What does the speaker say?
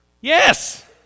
Yes